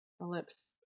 Ellipse